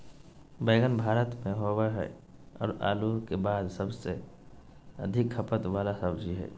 बैंगन भारत में होबो हइ और आलू के बाद सबसे अधिक खपत वाला सब्जी हइ